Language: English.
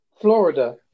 Florida